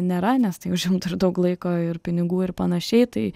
nėra nes tai užimtų ir daug laiko ir pinigų ir panašiai tai